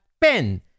pen